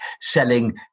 selling